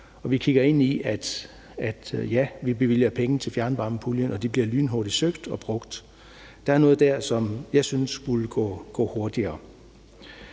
og vi kigger ind i, at vi bevilger penge til fjernvarmepuljen og de bliver lynhurtigt søgt og brugt. Der er noget der, som jeg synes skulle gå hurtigere.